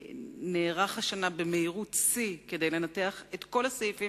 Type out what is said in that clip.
נערך השנה במהירות שיא כדי לנתח את כל הסעיפים